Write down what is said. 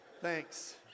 thanks